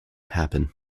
happen